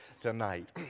tonight